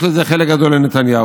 יש בזה חלק גדול לנתניהו.